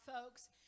folks